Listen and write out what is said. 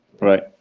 Right